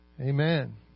amen